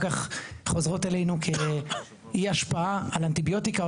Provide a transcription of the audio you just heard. כך חוזרת אלינו כאי השפעה על אנטיביוטיקה,